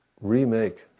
remake